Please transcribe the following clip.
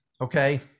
Okay